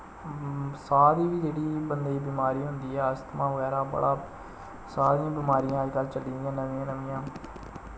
साह् दी बी जेह्ड़ी बंदे गी बमारी होंदी ऐ अस्थमा बगैरा बड़ा सारियां बमारियां अज्जकल चली दियां नमियां नमियां